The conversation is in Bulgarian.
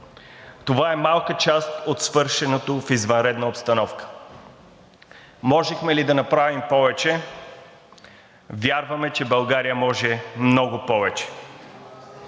Това е малка част от свършеното в извънредна обстановка. Можехме ли да направим повече? Вярваме, че България може много повече.